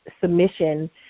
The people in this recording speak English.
submission